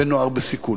ונוער בסיכון.